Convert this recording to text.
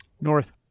North